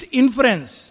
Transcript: inference